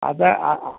അത് ആ ആ